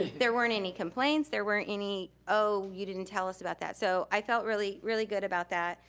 there weren't any complaints, there weren't any oh, you didn't tell us about that. so i felt really really good about that.